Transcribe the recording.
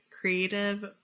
creative